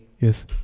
Yes